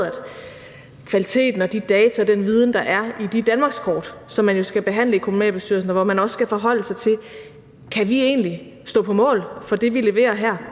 kvaliteten af de data og den viden, der er i de danmarkskort, som man jo skal behandle i kommunalbestyrelserne, og hvor man også skal forholde sig til, om vi egentlig kan stå på mål for det, vi leverer her.